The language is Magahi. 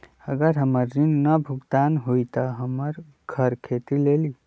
अगर हमर ऋण न भुगतान हुई त हमर घर खेती लेली?